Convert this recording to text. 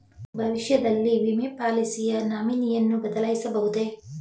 ಭವಿಷ್ಯದಲ್ಲಿ ವಿಮೆ ಪಾಲಿಸಿಯ ನಾಮಿನಿಯನ್ನು ಬದಲಾಯಿಸಬಹುದೇ?